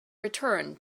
return